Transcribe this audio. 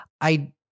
I-